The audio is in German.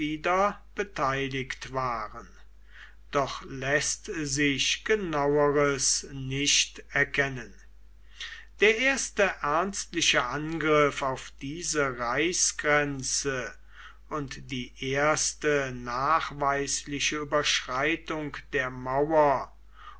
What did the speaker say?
beteiligt waren doch läßt sich genaueres nicht erkennen der erste ernstliche angriff auf diese reichsgrenze und die erste nachweisliche überschreitung der mauer